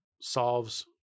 solves